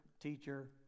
teacher